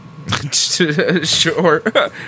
Sure